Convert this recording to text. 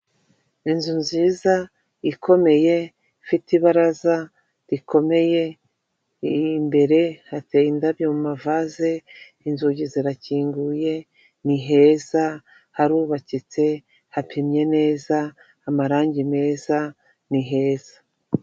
Inzu nziza ikomeye ifite ibaraza rikomeye, imbere hateye indabyo ma vaze inzugi zirakinguye, ni heza, hurubakitse hapimye neza, amarangi meza ni heza.